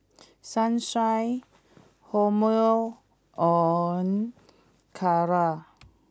Sunshine Hormel on Kara